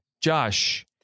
Josh